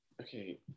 Okay